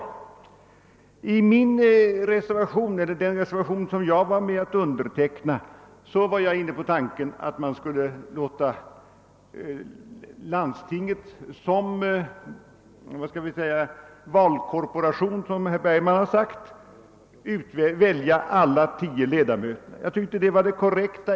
Beträffande den reservation till länsförvaltningsutredning som jag varit med om att underteckna kan jag nämna att jag var inne på tanken att man skulle låta landstinget som valkorporation, som herr Bergman sade, välja alla tio ledamöterna. Jag tyckte det var korrekt.